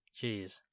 jeez